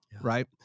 Right